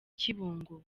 kibungo